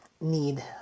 need